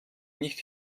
nicht